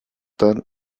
tan